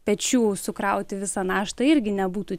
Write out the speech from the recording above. pečių sukrauti visą naštą irgi nebūtų